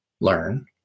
learn